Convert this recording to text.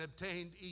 obtained